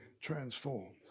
transformed